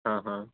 ہاں ہاں